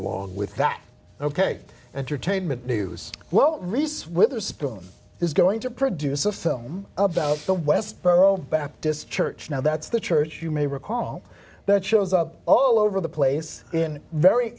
along with that ok entertainment news well reese witherspoon is going to produce a film about the westboro baptist church now that's the church you may recall that shows up all over the place in very